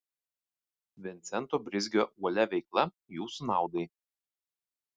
vincento brizgio uolia veikla jūsų naudai